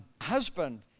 husband